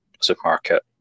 supermarket